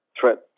threat